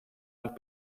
amb